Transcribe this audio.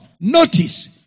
notice